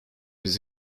his